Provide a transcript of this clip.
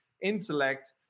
intellect